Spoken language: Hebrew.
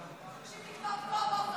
תקשיב לי טוב טוב,